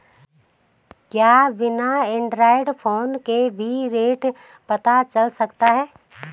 क्या बिना Android phone के भी रेट पता चल सकता है?